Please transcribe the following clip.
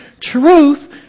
truth